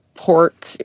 pork